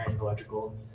electrical